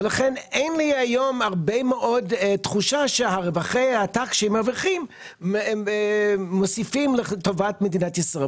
התחושה שלי שרווחי העתק שהם מרוויחים לא מוסיפים לטובת מדינת ישראל.